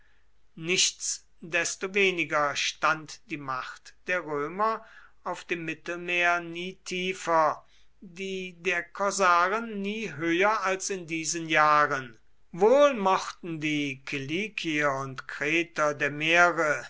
nichtsdestoweniger stand die macht der römer auf dem mittelmeer nie tiefer die der korsaren nie höher als in diesen jahren wohl mochten die kiliker und kreter der meere